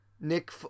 Nick